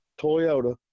Toyota